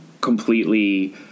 completely